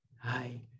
Hi